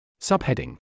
Subheading